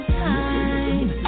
time